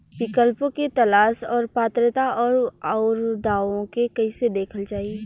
विकल्पों के तलाश और पात्रता और अउरदावों के कइसे देखल जाइ?